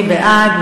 מי בעד?